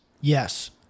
yes